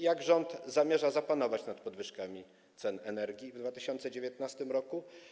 Jak rząd zamierza zapanować nad podwyżkami cen energii w 2019 r.